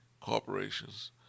corporations